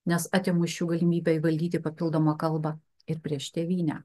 nes atimu iš jų galimybę įvaldyti papildomą kalbą ir prieš tėvynę